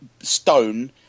stone